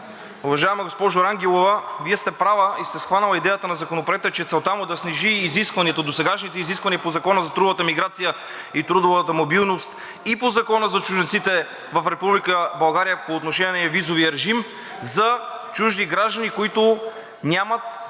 Уважаема госпожо Рангелова, Вие сте права и сте схванала идеята на Законопроекта, че целта му е да снижи досегашните изисквания по Закона за трудовата миграция и трудовата мобилност и по Закона за чужденците в Република България по отношение на визовия режим за чужди граждани, които нямат